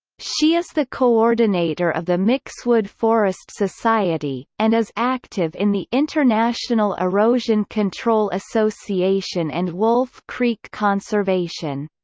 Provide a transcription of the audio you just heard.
she is the coordinator of the mixedwood forest society, and is active in the international erosion control association and wolfe creek conservation.